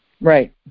right